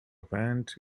band